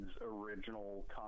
original